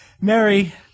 Mary